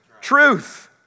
truth